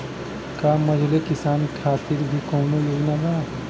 का मझोले किसान खातिर भी कौनो योजना बा?